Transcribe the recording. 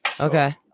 Okay